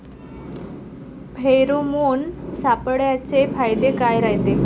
Pheromone सापळ्याचे फायदे काय रायते?